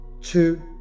two